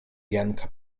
janka